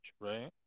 right